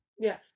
Yes